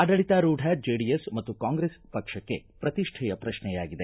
ಆಡಳಿತಾರೂಢ ಜೆಡಿಎಸ್ ಮತ್ತು ಕಾಂಗ್ರೆಸ್ ಪಕ್ಷಕ್ಕೆ ಪ್ರತಿಷ್ಠೆಯ ಪ್ರಶ್ನೆಯಾಗಿದೆ